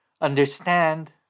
Understand